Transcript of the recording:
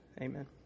Amen